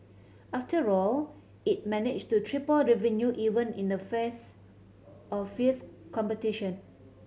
after all it managed to triple revenue even in the face of fierce competition